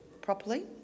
properly